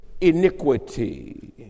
iniquity